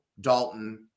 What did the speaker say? Dalton